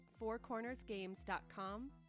fourcornersgames.com